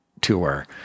tour